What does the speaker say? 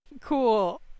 Cool